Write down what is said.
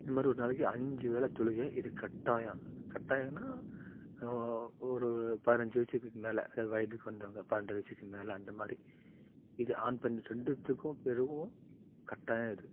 இந்தமாரி ஒரு நாளைக்கு அஞ்சு வேளை தொழுகை இது கட்டாயம் கட்டயன்னா ஒரு பதனஞ்சு வயசுக்கு மேலே வயதுக்கு வந்தவங்க பன்னெண்டு வயசுக்கு மேலே அந்த மாதிரி இது ஆண் பெண் ரெண்டுத்துக்கும் பெறும் கட்டாயம் அது